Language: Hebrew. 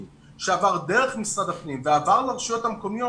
שעבר דרך משרד הפנים ועבר לרשויות המקומיות,